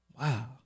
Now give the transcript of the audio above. Wow